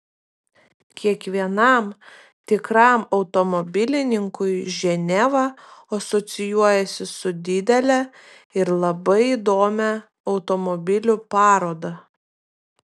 kiekvienam tikram automobilininkui ženeva asocijuojasi su didele ir labai įdomia automobilių paroda